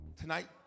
Tonight